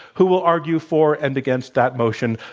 who will argue for and against that motion